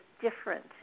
different